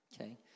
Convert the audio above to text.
okay